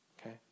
okay